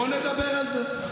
בוא נדבר על זה.